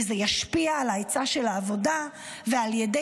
וזה ישפיע על ההיצע של העבודה ועל ידי